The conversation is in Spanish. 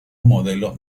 modelo